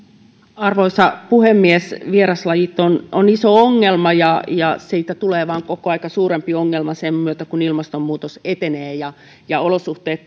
arvoisa puhemies vieraslajit ovat iso ongelma ja ja siitä tulee vain koko ajan suurempi ongelma sen myötä kun ilmastonmuutos etenee ja ja olosuhteet